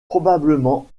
probablement